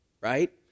right